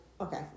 Okay